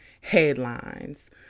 headlines